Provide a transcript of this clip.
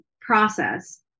process